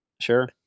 sure